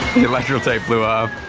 electro tape blue of